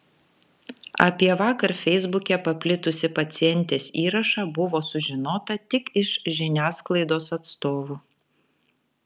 apie vakar feisbuke paplitusį pacientės įrašą buvo sužinota tik iš žiniasklaidos atstovų